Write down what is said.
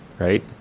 Right